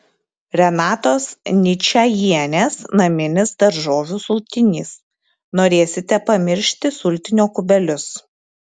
renatos ničajienės naminis daržovių sultinys norėsite pamiršti sultinio kubelius